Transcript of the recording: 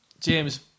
James